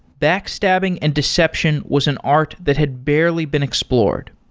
backstabbing and deception was an art that had barely been explored.